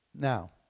Now